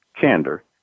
candor